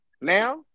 Now